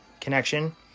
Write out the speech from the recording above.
connection